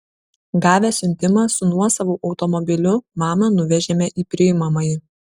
gavę siuntimą su nuosavu automobiliu mamą nuvežėme į priimamąjį